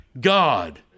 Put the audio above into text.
God